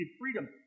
freedom